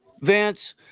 Vance